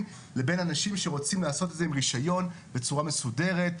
לבין אנשים שרוצים לעשות את זה עם רישיון בצורה מסודרת,